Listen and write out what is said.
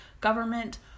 government